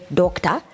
doctor